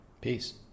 Peace